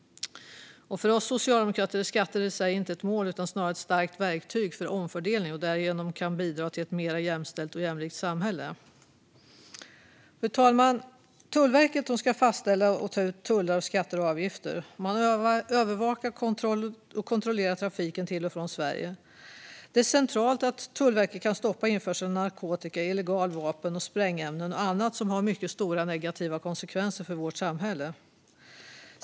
För oss socialdemokrater är skatter i sig inte ett mål utan snarare ett starkt verktyg för omfördelning som därigenom kan bidra till ett mer jämställt och jämlikt samhälle. Fru talman! Tullverket ska fastställa och ta ut tullar, skatter och avgifter. Man övervakar och kontrollerar trafiken till och från Sverige. Det är centralt att Tullverket kan stoppa införsel av narkotika, illegala vapen och sprängämnen och annat som har stora negativa konsekvenser för vårt samhälle.